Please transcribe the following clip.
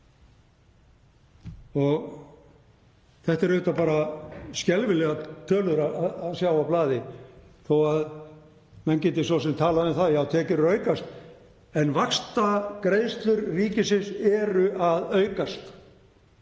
Þetta eru bara skelfilegar tölur að sjá á blaði þó að menn geti svo sem talað um það að tekjur séu að aukast. En vaxtagreiðslur ríkisins eru að aukast.